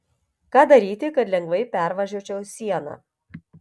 ką daryti kad lengvai pervažiuočiau sieną